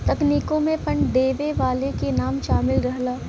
तकनीकों मे फंड देवे वाले के नाम सामिल रहला